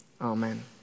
amen